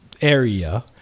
area